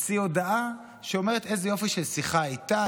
הוציא הודעה שאומרת: איזה יופי של שיחה הייתה,